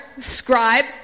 scribe